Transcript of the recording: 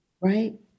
right